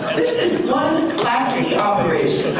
this is one classy operation.